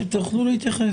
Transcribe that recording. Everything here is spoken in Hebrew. מיד אדוני יוכל להתייחס.